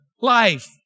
life